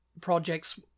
projects